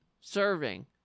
serving